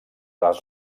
les